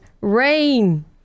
Rain